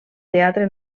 teatre